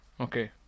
Okay